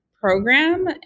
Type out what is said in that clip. program